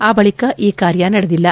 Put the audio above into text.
ಆ ಬಳಿಕ ಈ ಕಾರ್ಯ ನಡೆದಿಲ್ಲ